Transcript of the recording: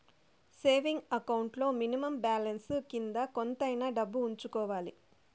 saving account లో minimum balance కింద కొంతైనా డబ్బు ఉంచుకోవాలి